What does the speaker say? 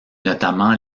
notamment